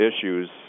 issues